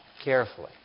carefully